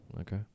Okay